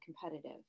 competitive